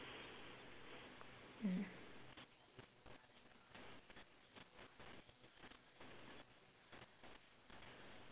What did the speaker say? mm